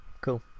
cool